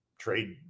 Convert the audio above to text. trade